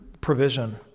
provision